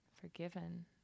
forgiven